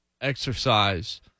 exercise